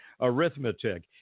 arithmetic